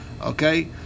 Okay